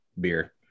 beer